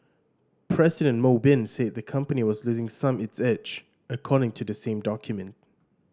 President Mo Bin said the company was losing some its edge according to the same document